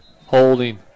holding